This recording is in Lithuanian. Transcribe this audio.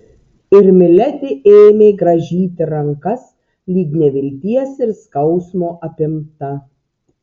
ir miledi ėmė grąžyti rankas lyg nevilties ir skausmo apimta